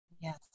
Yes